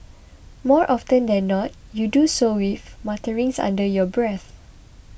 more often that than not you do so with mutterings under your breath